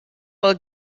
pel